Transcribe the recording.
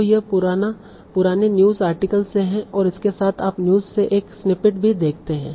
तो यह पुराने न्यूज़ आर्टिकल से है और इसके साथ आप न्यूज़ से एक स्निपेट भी देखते हैं